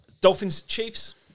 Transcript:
Dolphins-Chiefs